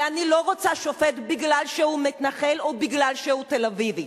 ואני לא רוצה שופט משום שהוא מתנחל או משום שהוא תל-אביבי,